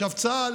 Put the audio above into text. עכשיו, צה"ל